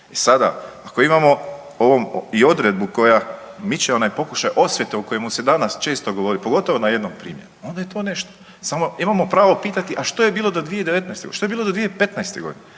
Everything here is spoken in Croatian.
I sada ako imamo i odredbu koja miče onaj pokušaj osvete o kojemu se danas često govori pogotovo na jednom primjeru onda je to nešto. Samo imamo pravo pitati a što je bilo do 2019.? Što je bilo do 2015. godine?